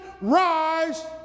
Rise